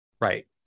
Right